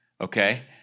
Okay